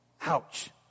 Ouch